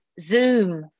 Zoom